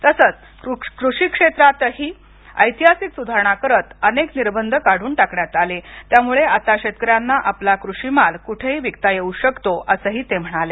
तसंच कृषी क्षेत्रातही ऐतिहासिक सुधारणा करत अनेक निर्बंध काढून टाकण्यात आले त्यामुळे आता शेतकऱ्यांना आपला कृषिमाल कुठेही विकता येऊ शकतो असं ते म्हणाले